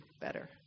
better